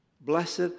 Blessed